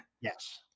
Yes